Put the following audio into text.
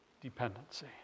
dependency